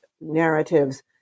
narratives